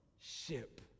ship